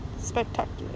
spectacular